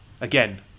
again